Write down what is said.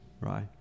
right